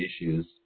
issues